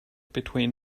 between